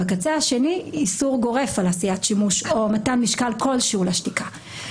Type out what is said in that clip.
בקצה השני איסור גוף על עשיית שימוש או מתן משקל כלשהו לשתיקה.